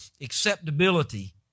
acceptability